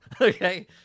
Okay